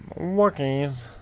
Walkies